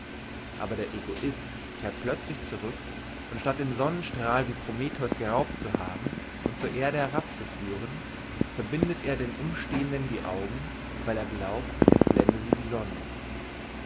aber der egoist kehrt plözlich zurük und statt den sonnenstrahl wie prometheus geraubt zu haben und zur erde herabzuführen verbindet er den umstehenden die augen weil er glaubt es blende sie die sonne